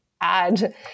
add